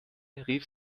rief